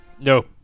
No